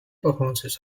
performances